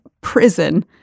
prison